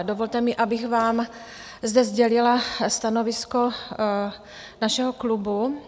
Dovolte mi, abych vám zde sdělila stanovisko našeho klubu.